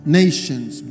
nations